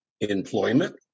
employment